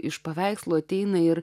iš paveikslo ateina ir